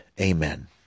Amen